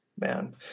man